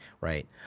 right